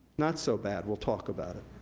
not so bad, we'll talk about it.